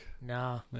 No